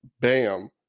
bam